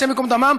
השם ייקום דמם,